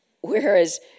Whereas